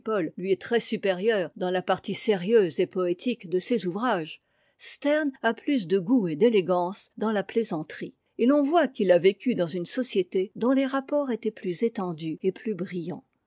lui est trèssupérieur dans la partie sérieuse et poétique de ses ouvrages sterne a plus de goût et d'élégance dans la plaisanterie et l'on voit qu'il a vécu dans une société dont les rapports étaient plus étendus et plus brillants